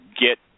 get